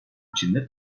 içinde